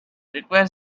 requires